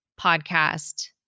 podcast